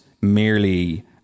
merely